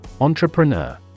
Entrepreneur